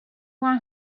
one